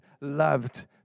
loved